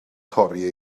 torri